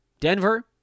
Denver